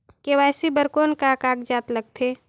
KYC बर कौन का कागजात लगथे?